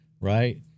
right